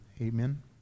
Amen